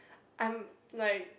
I'm like